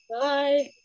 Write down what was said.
Bye